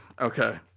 Okay